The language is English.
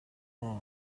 man